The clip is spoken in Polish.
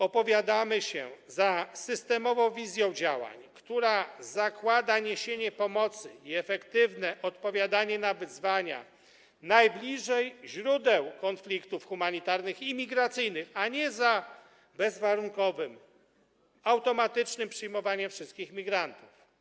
Opowiadamy się za systemową wizją działań, która zakłada niesienie pomocy i efektywne odpowiadanie na wyzwania najbliżej źródeł konfliktów humanitarnych i migracyjnych, a nie za bezwarunkowym, automatycznym przyjmowaniem wszystkich migrantów.